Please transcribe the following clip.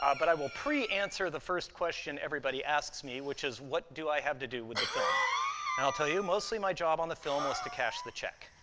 but i will pre-answer the first question everybody asks me, which is, what do i have to do with the film? and i'll tell you, mostly my job on the film was to cash the check.